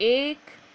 एक